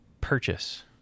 purchase